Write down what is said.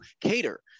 cater